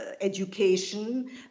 education